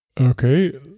Okay